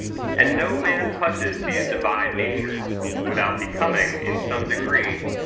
and no man touches these divine natures, without becoming, in some degree,